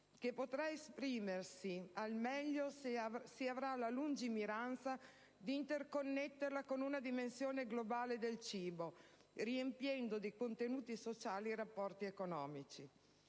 che potrà esprimersi al meglio se si avrà la lungimiranza di interconnetterla con una dimensione globale del cibo, riempiendo di contenuti sociali i rapporti economici.